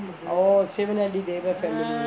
oh sivanandi thevar family